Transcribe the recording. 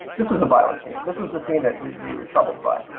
this was a violent scene. this was the scene that you were troubled by?